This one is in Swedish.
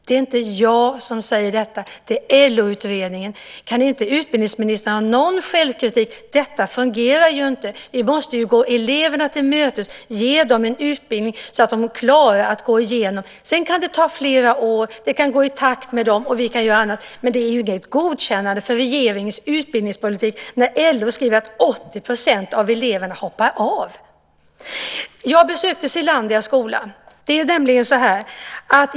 Det är inte jag utan LO-utredningen som säger detta. Kan inte utbildningsministern visa någon självkritik? Detta fungerar ju inte. Vi måste gå eleverna till mötes och ge dem en sådan utbildning att de klarar kraven. Sedan kan det ta flera år. Det kan gå i deras takt, och vi kan göra annat, men det är inget godkännande av regeringens utbildningspolitik när LO skriver att 80 % av eleverna hoppar av. Jag har besökt Selandias skola.